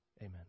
Amen